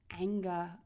anger